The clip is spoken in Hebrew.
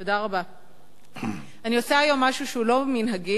הנושא הבא שאת עכשיו מקריאה, בבקשה לנמק,